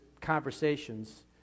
conversations